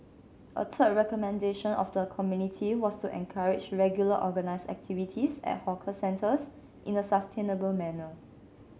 a third recommendation of the community was to encourage regular organised activities at hawker centres in a sustainable manner